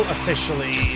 officially